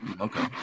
Okay